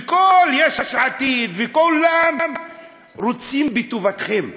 וכל יש עתיד, וכולם רוצים בטובתכם.